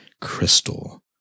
crystal